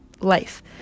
life